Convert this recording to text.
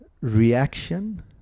reaction